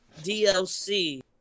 DLC